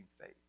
faith